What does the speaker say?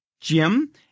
Jim